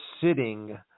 sitting